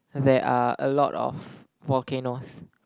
there are a lot of volcanoes